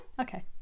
Okay